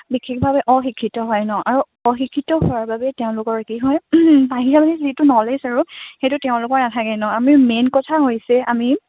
বিশেষভাৱে অশিক্ষিত হয় নহ্ আৰু অশিক্ষিত হোৱাৰ বাবে তেওঁলোকৰ কি হয় বাহিৰা মানে যিটো নলেজ আৰু সেইটো তেওঁলোকৰ নাথাকে নহ্ আমি মেইন কথা হৈছে আমি